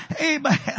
Amen